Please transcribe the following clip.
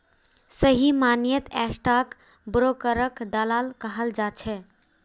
सही मायनेत स्टाक ब्रोकरक दलाल कहाल जा छे